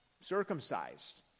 circumcised